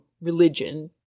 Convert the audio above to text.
religion